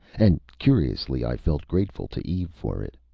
and curiously, i felt grateful to eve for it.